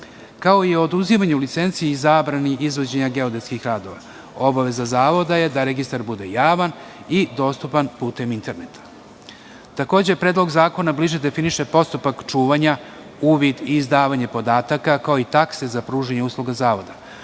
kao i o oduzimanju licenci i zabrani izvođenja geodetskih radova. Obaveza zavoda je da registar bude javan i dostupan putem interneta. Takođe, Predlog zakona bliže definiše postupak čuvanja, uvid i izdavanje podataka, kao i takse za pružanje usluga zavoda.